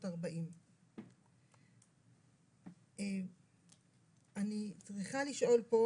1940"". אני צריכה לשאול פה,